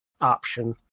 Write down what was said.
option